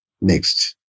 Next